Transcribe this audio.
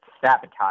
sabotage